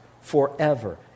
forever